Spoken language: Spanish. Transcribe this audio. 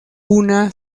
una